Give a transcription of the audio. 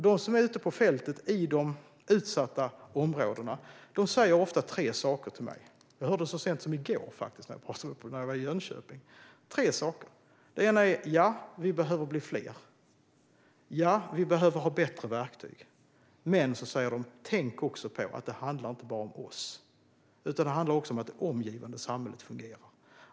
De som är ute på fältet i de utsatta områdena säger ofta tre saker till mig, och jag hörde detta sägas till mig så sent som i går när jag var i Jönköping. Det första är att poliserna behöver bli fler. Det andra är att de behöver bättre verktyg. Det tredje är att vi måste tänka på att det inte bara handlar om dem utan att det också handlar om hur det omgivande samhället fungerar.